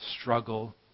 struggle